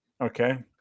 Okay